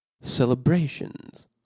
celebrations